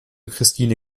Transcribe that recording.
christine